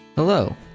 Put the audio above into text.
Hello